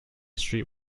street